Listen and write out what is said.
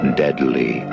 deadly